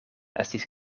estis